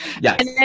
Yes